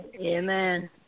Amen